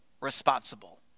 Responsible